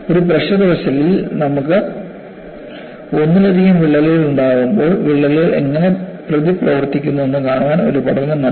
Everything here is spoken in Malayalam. ഒരു പ്രഷർ വെസൽ ഇൽ നമുക്ക് ഒന്നിലധികം വിള്ളലുകൾ ഉണ്ടാകുമ്പോൾ വിള്ളലുകൾ എങ്ങനെ പ്രതിപ്രവർത്തിക്കുന്നുവെന്ന് കാണാൻ ഒരു പഠനം നടത്തി